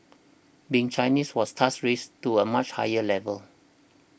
being Chinese was thus raised to a much higher level